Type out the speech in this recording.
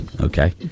okay